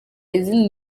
izindi